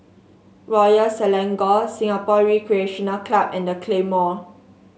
Royal Selangor Singapore Recreation Club and The Claymore